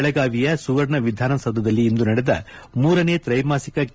ಬೆಳಗಾವಿಯ ಸುವರ್ಣ ವಿಧಾನಸೌಧದಲ್ಲಿ ಇಂದು ನಡೆದ ಮೂರನೇ ತ್ರೈಮಾಸಿಕ ಕೆ